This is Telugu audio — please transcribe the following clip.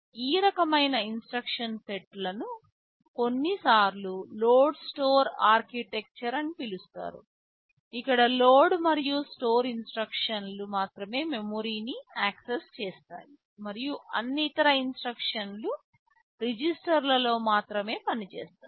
ఈ రకమైన ఇన్స్ట్రక్షన్ సెట్ను కొన్నిసార్లు లోడ్ స్టోర్ ఆర్కిటెక్చర్ అని పిలుస్తారు ఇక్కడ లోడ్ మరియు స్టోర్ ఇన్స్ట్రక్షన్లు మాత్రమే మెమరీని యాక్సెస్ చేస్తాయి మరియు అన్ని ఇతర ఇన్స్ట్రక్షన్లు రిజిస్టర్లలో మాత్రమే పనిచేస్తాయి